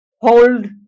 hold